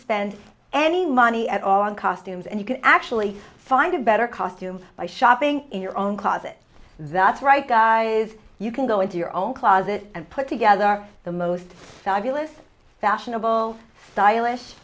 spend any money at all on costumes and you can actually find a better costume by shopping in your own closet that's right guys you can go into your own closet and put together the most fabulous fashionable stylish